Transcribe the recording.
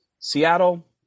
Seattle